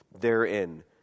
therein